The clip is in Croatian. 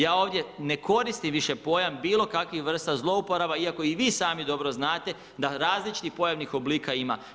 Ja ovdje ne koristim više pojam bilokakvih vrsta zlouporaba iako i vi sami dobro znate da različitih pojavnih oblika ima.